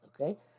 Okay